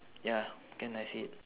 ya can I see it